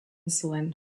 zuen